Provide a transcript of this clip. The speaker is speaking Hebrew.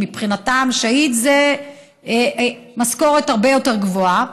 מבחינתם שהיד זה משכורת הרבה יותר גבוהה,